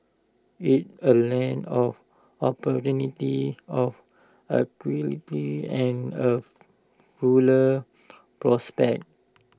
it's A land of opportunity of equality and of fuller prospects